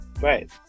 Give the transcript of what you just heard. right